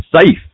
safe